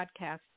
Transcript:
Podcasts